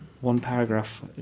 one-paragraph